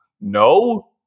no